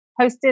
hosted